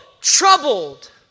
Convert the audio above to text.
troubled